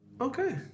Okay